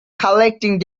collecting